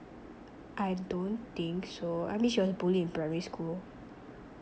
I don't think so I mean she was bullied in primary school